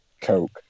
Coke